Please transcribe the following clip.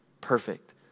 perfect